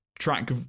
track